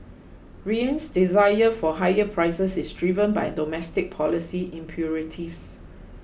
Riyadh's desire for higher prices is driven by domestic policy imperatives